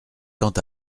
quant